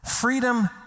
Freedom